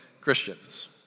Christians